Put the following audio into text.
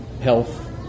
health